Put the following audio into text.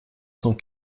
cent